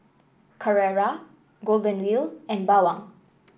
Carrera Golden Wheel and Bawang